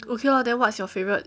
okay loh then what's your favorite